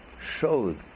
showed